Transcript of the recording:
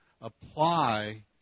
apply